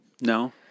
No